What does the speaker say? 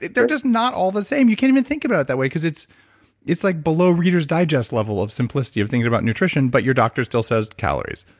they're just not all the same. you can't even think about it that way because it's it's like below reader's digest level of simplicity of things about nutrition, but your doctor still says calories.